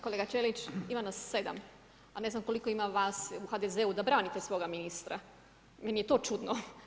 Kolega Ćelič, ima nas 7 a ne znam koliko ima vas u HDZ-u da branite svoga ministra, meni je to čudno.